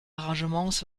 arrangements